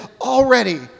already